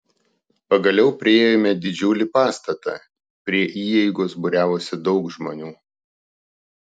pagaliau priėjome didžiulį pastatą prie įeigos būriavosi daug žmonių